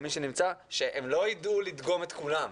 שהם לא ידעו לדגום את כולם.